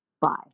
Bye